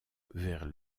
vers